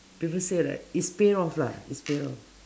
people say like it's paid off lah is paid off